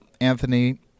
Anthony